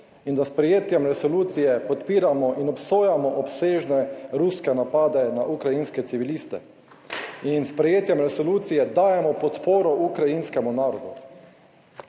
in da s sprejetjem resolucije podpiramo in obsojamo obsežne ruske napade na ukrajinske civiliste in sprejetjem resolucije dajemo podporo ukrajinskemu narodu.